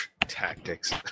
Tactics